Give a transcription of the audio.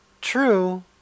True